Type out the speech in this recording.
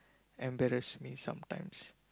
embarrass me sometimes